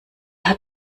hat